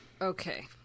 Okay